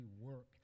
work